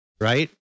Right